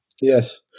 Yes